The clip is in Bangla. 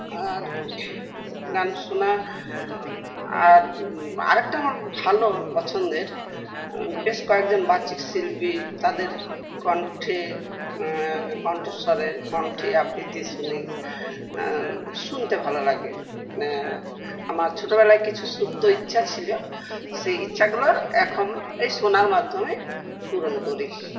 আর গান শোনা আরা আর একটা আমার ভালো পছন্দের বেশ কয়েকজন বাচিক শিল্পী তাদের কণ্ঠে কণ্ঠস্বরে কণ্ঠে আবৃত্তি শুনি শুনতে ভালো লাগে মানে আমার ছোটোবেলায় কিছু সুপ্ত ইচ্ছা ছিল সেই ইচ্ছাগুলো এখন এই শোনার মাধ্যমে পূরণ করি